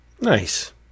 Nice